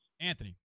Anthony